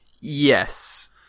Yes